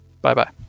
Bye-bye